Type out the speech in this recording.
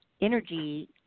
energy